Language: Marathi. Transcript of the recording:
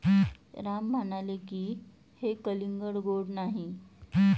राम म्हणाले की, हे कलिंगड गोड नाही